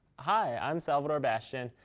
hi, i'm salvador bastion,